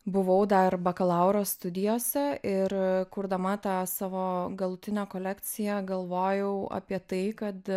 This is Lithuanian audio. buvau dar bakalauro studijose ir kurdama tą savo galutinę kolekciją galvojau apie tai kad